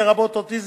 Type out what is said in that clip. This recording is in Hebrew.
לרבות אוטיזם,